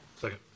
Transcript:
Second